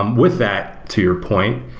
um with that, to your point,